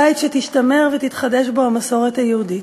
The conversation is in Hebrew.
בית שתשתמר ותתחדש בו המסורת היהודית,